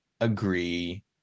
agree